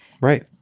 right